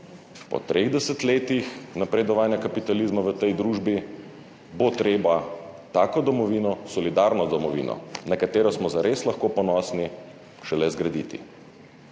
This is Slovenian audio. Po treh desetletjih napredovanja kapitalizma v tej družbi bo treba tako domovino, solidarno domovino, na katero smo zares lahko ponosni, šele zgraditi.